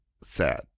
Sad